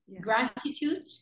gratitude